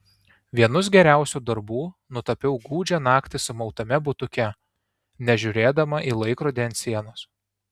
vienus geriausių darbų nutapiau gūdžią naktį sumautame butuke nežiūrėdama į laikrodį ant sienos